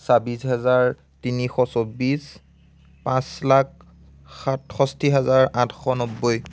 ছাব্বিছ হেজাৰ তিনিশ চৌব্বিছ পাঁচ লাখ সাতষষ্ঠি হেজাৰ আঠশ নব্বৈ